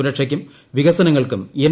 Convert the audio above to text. സുരക്ഷയ്ക്കും വികസനങ്ങൾക്കും എൻ